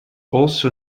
also